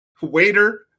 waiter